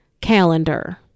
calendar